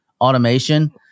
automation